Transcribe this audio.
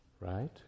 right